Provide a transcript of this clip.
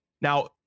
Now